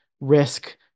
risk